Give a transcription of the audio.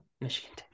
Michigan